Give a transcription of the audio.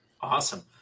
Awesome